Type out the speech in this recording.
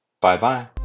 Bye-bye